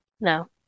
No